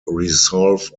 resolve